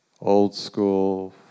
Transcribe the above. old-school